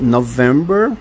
November